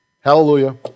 Hallelujah